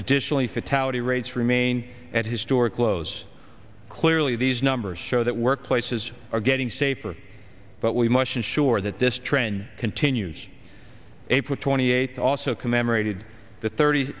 additionally fatality rates remain at historic lows clearly these numbers show that workplaces are getting safer but we must ensure that this trend continues april twenty eighth also commemorated the thirty